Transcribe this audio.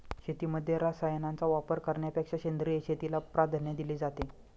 शेतीमध्ये रसायनांचा वापर करण्यापेक्षा सेंद्रिय शेतीला प्राधान्य दिले जाते